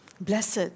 blessed